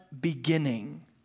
beginning